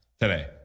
today